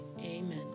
amen